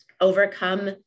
overcome